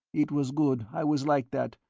it was good i was like that,